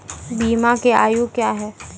बीमा के आयु क्या हैं?